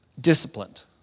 disciplined